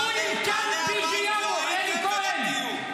כל כלב ביג'י יומו, אלי כהן.